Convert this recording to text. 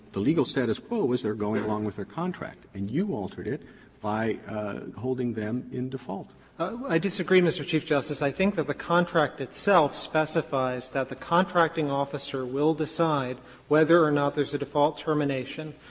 the legal status quo is they're going along with their contract, and you altered it by holding them in default. katyal i disagree, mr. chief justice. i think that the contract itself specifies that the contracting officer will decide whether or not there's a default termination,